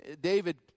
David